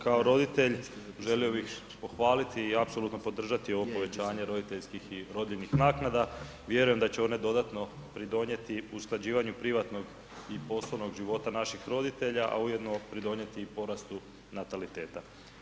Kao roditelj želio bih pohvaliti i apsolutno podržati ovo povećanje roditeljskih i rodiljnih naknada, vjerujem da će one dodatno pridonijeti usklađivanju privatnog i poslovnog života naših roditelja, a ujedno pridonijeti porastu nataliteta.